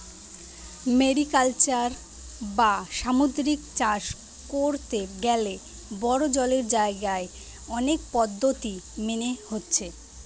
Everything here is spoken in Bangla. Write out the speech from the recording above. মেরিকালচার বা সামুদ্রিক চাষ কোরতে গ্যালে বড়ো জলের জাগায় অনেক পদ্ধোতি মেনে হচ্ছে